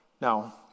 Now